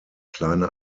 kleine